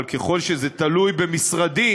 אבל ככל שזה תלוי במשרדי,